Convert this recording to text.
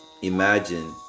Imagine